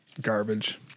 garbage